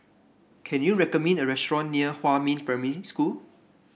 can you recommend me a restaurant near Huamin Primary School